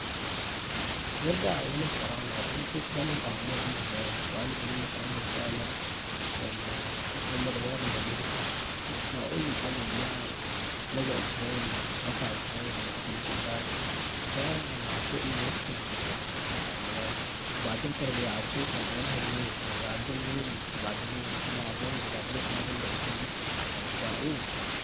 نرجع ايام الفراعنه عشان نشوف بنوا الاهرامات دي ازاي وهل الجن ساعدهم فعلا؟ ولا بنوها بالمجهود الشخصي، اصل مش معقول الحجر دا واتلزق ازاي واترفع ازاي المسافه دي كلها، دا شئ لا يخطر بعقل يعني، وبعدين كانوا بيعدوه كان ايامها النيل، كانوا بيعدوا النيل وبعدين يمشوا بيه علي الرمل وبعدين يطلعوا بيه المسافه دي، مش معقول!